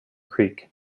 creek